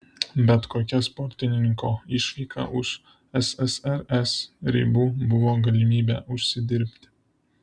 bet kokia sportininko išvyka už ssrs ribų buvo galimybė užsidirbti